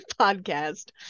podcast